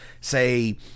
say